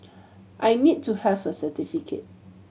I need to have a certificate